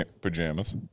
pajamas